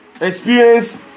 experience